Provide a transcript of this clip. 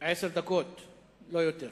עשר דקות לרשותך, לא יותר.